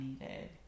needed